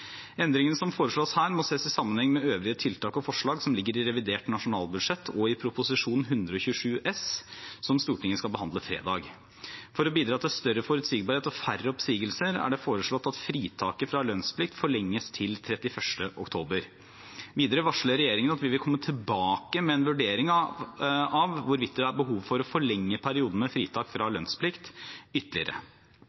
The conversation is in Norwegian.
Endringene som foreslås her, må ses i sammenheng med øvrige tiltak og forslag som ligger i revidert nasjonalbudsjett og i Prop. 127 S for 2019–2020, som Stortinget skal behandle på fredag. For å bidra til større forutsigbarhet og færre oppsigelser er det foreslått at fritaket fra lønnsplikt forlenges til 31. oktober. Videre varsler regjeringen at vi vil komme tilbake med en vurdering av hvorvidt det er behov for å forlenge perioden med fritak fra